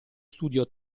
studio